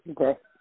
Okay